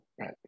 right